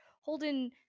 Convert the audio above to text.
Holden